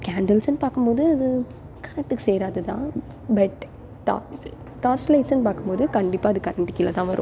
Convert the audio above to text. கேண்டில்ஸுனு பார்க்கும் போது அது கரண்ட்டுக்கு சேராது தான் பட் டார்ச்சு டார்ச் லைட்ஸுனு பார்க்கும் போது கண்டிப்பாக அது கரண்ட்டுக்கு கீழே தான் வரும்